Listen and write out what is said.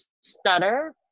stutter